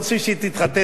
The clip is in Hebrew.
אנחנו כבר לא רוצים,